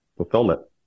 Fulfillment